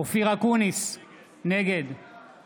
אופיר אקוניס, נגד